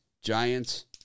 Giants